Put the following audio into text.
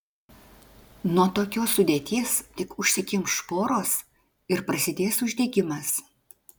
nuo tokios sudėties tik užsikimš poros ir prasidės uždegimas